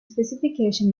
specification